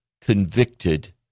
convicted